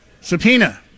subpoena